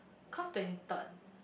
cause twenty third